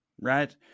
right